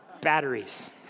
Batteries